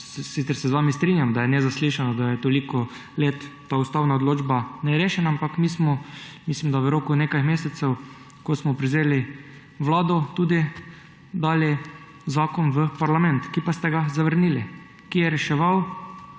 sicer se z vami strinjam, da je nazaslišano, daje toliko let ta ustavna odločba nerešena, ampak mi smo, mislim da, v roku nekaj mesecev, ko smo prevzeli vlado, tudi dali zakon v parlament, ki pa ste ga zavrnili, ki je reševal